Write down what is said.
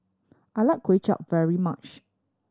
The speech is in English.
I like Kway Chap very much